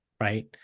right